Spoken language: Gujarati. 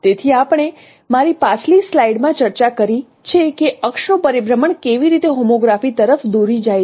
તેથી આપણે મારી પાછલી સ્લાઇડ માં ચર્ચા કરી છે કે અક્ષનું પરિભ્રમણ કેવી રીતે હોમોગ્રાફી તરફ દોરી જાય છે